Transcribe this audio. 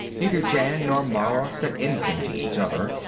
neither jan nor mara said anything to each other.